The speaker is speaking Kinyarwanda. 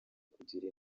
kugira